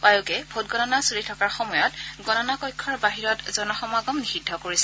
আয়োগে ভোটগণনা চলি থকাৰ সময়ত গণনা কক্ষৰ বাহিৰত জনসমাগম নিষিদ্ধ কৰিছে